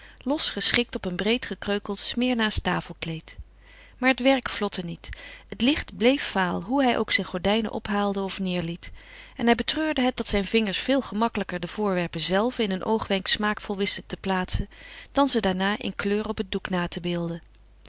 los geschikt op een breed gekreukeld smyrnaasch tafelkleed maar het werk vlotte niet het licht bleef vaal hoe hij ook zijn gordijnen ophaalde of neêrliet en hij betreurde het dat zijn vingers veel gemakkelijker de voorwerpen zelve in een oogwenk smaakvol wisten te plaatsen dan ze daarna in kleur op het doek na te beelden